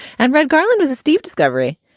and red garland is a steve discovery